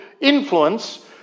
influence